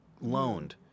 loaned